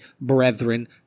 brethren